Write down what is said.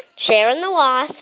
sharon the wasp,